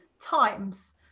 times